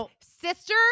sister